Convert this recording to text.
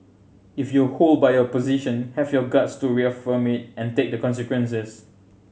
if you hold by your position have your guts to reaffirm it and take the consequences